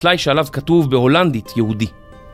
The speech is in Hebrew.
טלאי שעליו כתוב בהולנדית יהודי